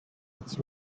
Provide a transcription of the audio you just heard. its